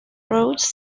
roads